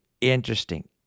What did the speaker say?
interesting